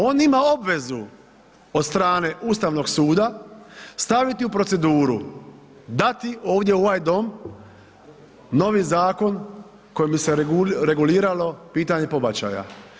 On ima obvezu od strane Ustavnog suda staviti u proceduru, dati ovdje u ovaj dom novi zakon kojim bi se reguliralo pitanje pobačaja.